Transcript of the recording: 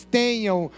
tenham